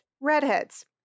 redheads